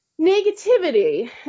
negativity